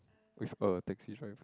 with a taxi driver